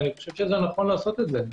נכון לעשות זאת.